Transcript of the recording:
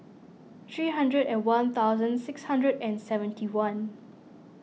three hundred and one thousand six hundred and seventy one